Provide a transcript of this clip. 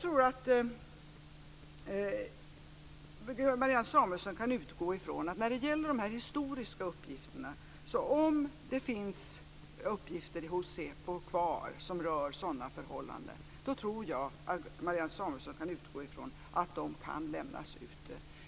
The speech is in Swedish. När det gäller de historiska uppgifterna tror jag att Marianne Samuelsson kan utgå ifrån att om det finns uppgifter kvar hos säpo som rör sådana förhållanden så kan dessa lämnas ut.